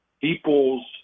people's